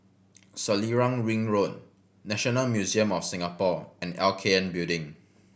Selarang Ring Road National Museum of Singapore and L K N Building